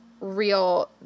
real